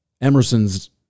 Emerson's